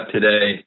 today